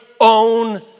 own